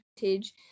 vintage